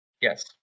yes